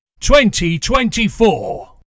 2024